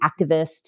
activist